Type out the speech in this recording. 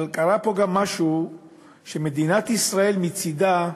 אבל קרה פה גם משהו שמדינת ישראל, מצדה,